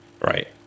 Right